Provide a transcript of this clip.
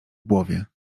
głowie